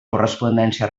correspondència